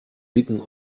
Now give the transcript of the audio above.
dicken